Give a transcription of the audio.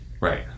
Right